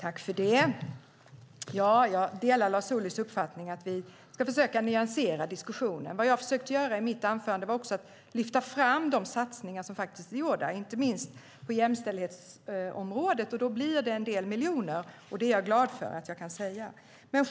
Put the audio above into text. Herr talman! Jag delar Lars Ohlys uppfattning att vi ska försöka nyansera diskussionen. Vad jag försökte göra i mitt anförande var också att lyfta fram de satsningar som faktiskt är gjorda, inte minst på jämställdhetsområdet. Då blir det en del miljoner. Det är jag glad för att jag kan säga.